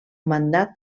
mandat